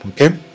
Okay